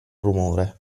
rumore